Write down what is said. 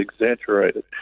exaggerated